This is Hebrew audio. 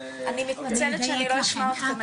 אני מתנצלת שאני לא אשמע אותכם,